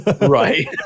right